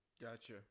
Gotcha